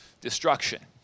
destruction